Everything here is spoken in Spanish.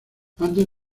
antes